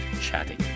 chatting